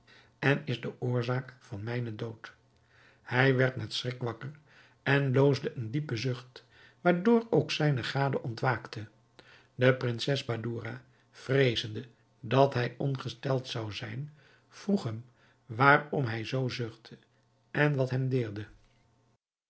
en is de oorzaak van mijnen dood hij werd met schrik wakker en loosde een diepen zucht waardoor ook zijne gade ontwaakte de prinses badoura vreezende dat hij ongesteld zou zijn vroeg hem waarom hij zoo zuchtte en wat hem deerde